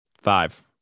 five